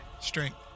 Strength